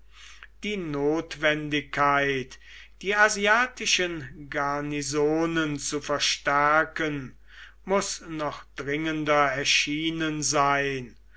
die notwendigkeit die asiatischen garnisonen zu verstärken muß noch dringender erschienen sein